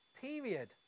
period